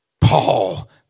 Paul